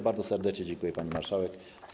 Bardzo serdecznie dziękuję, pani marszałek.